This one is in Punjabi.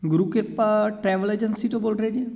ਗੁਰੂ ਕਿਰਪਾ ਟਰੈਵਲ ਏਜੰਸੀ ਤੋਂ ਬੋਲ ਰਹੇ ਜੀ